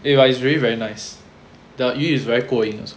ya it is really very nice the 鱼 is very 过瘾